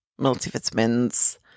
multivitamins